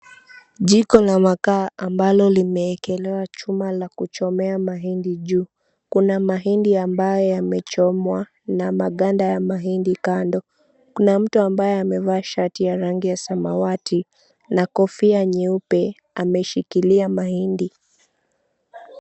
Jiko la makala ambalo limeekelewa chuma la kuchomea mahindi juu. Kuna mahindi ambayo yamechomwa na maganda ya mahindi kando. Kuna mtu ambaye amevaa shati ya rangi ya samawati na kofia nyeupe, ameshikilia mahindi.